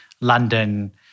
London